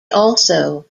also